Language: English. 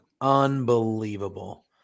Unbelievable